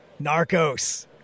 Narcos